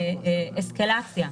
של אסקלציה.